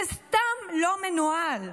זה סתם לא מנוהל.